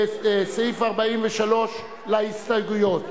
סעיף 43 להסתייגויות.